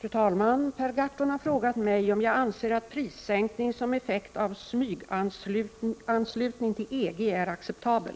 Fru talman! Per Gahrton har frågat mig om jag anser att prissänkning som effekt av smyganslutning till EG är acceptabel.